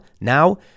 Now